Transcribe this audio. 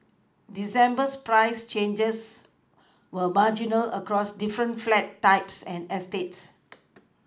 December's price changes were marginal across different flat types and eStates